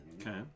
Okay